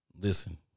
listen